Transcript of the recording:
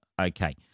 Okay